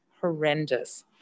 horrendous